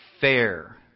fair